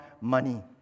money